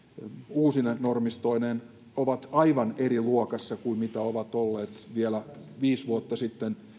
uusine normistoineen ovat aivan eri luokassa kuin mitä ovat olleet vielä viisi vuotta sitten